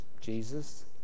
jesus